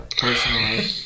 personally